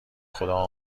خدا